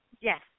Yes